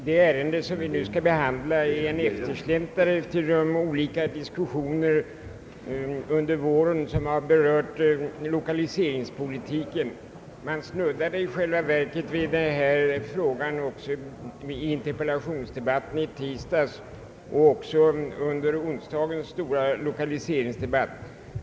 Herr talman! Det ärende vi nu skall behandla är en eftersläntrare till de oli ka diskussioner som under våren förts beträffande lokaliseringspolitiken. Man snuddade i själva verket vid den här frågan också i interpellationsdebatten i tisdags liksom under onsdagens stora lokaliseringsdebatt.